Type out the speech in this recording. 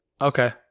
Okay